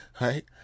Right